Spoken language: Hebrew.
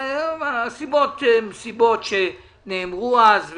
הסיבות הן סיבות שנאמרו אז.